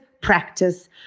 practice